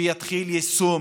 שיתחיל יישום